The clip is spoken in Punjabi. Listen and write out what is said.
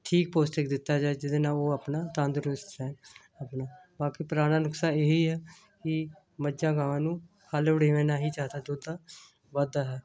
ਠੀਕ ਪੋਸ਼ਟਿਕ ਦਿੱਤਾ ਜਾਵੇ ਜਿਹਦੇ ਨਾਲ ਉਹ ਆਪਣਾ ਤੰਦਰੁਸਤ ਰਹਿਣ ਆਪਣਾ ਬਾਕੀ ਪੁਰਾਣਾ ਨੁਸਖਾ ਇਹ ਹੀ ਹੈ ਕਿ ਮੱਝਾਂ ਗਾਵਾਂ ਨੂੰ ਖਲ੍ਹ ਵੜੇਵੇਂ ਨਾਲ ਹੀ ਜ਼ਿਆਦਾ ਦੁੱਧ ਦਾ ਵੱਧਦਾ ਹੈ